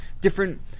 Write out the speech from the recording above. different